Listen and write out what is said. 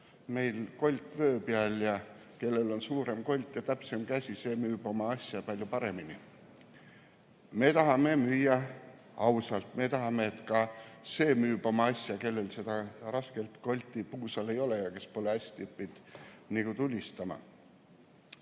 on kolt vöö peal ning kellel on suurem kolt ja täpsem käsi, see müüb oma asja palju paremini. Me tahame müüa ausalt, me tahame, et ka see müüks oma asja, kellel seda rasket kolti puusa peal ei ole ja kes pole õppinud hästi tulistama.